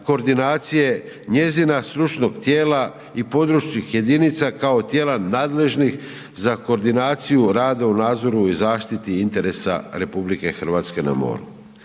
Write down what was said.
koordinacije, njezina stručnog tijela i područnih jedinica kao tijela nadležnih za koordinaciju rada u nadzoru i zaštiti interesa RH na moru.